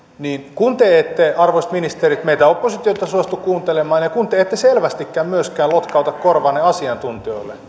kun te ette arvoisat ministerit meitä oppositiota suostu kuuntelemaan ja kun te ette selvästikään myöskään lotkauta korvaanne asiantuntijoille